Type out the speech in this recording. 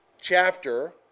chapter